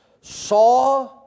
saw